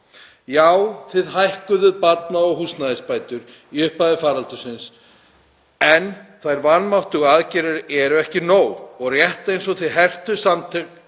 Já, þið hækkuðuð barna- og húsnæðisbætur í upphafi faraldursins en þær vanmáttugu aðgerðir eru ekki nóg. Rétt eins og þið hertuð